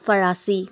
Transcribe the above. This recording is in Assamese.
ফৰাচী